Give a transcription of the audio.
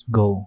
go